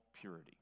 purity